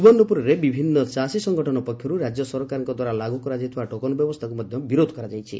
ସୁବର୍ଶ୍ୱପୁରରେ ବିଭିନ୍ନ ଚାଷୀ ସଂଗଠନ ପକ୍ଷରୁ ରାଜ୍ୟ ସରକାରଙ୍କ ଦ୍ୱାରା ଲାଗୁ କରାଯାଇଥିବା ଟୋକନ ବ୍ୟବସ୍ଚାକୁ ବିରୋଧ କରାଯାଇଛି